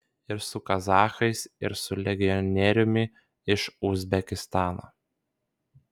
ir su kazachais ir su legionieriumi iš uzbekistano